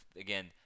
again